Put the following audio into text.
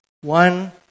one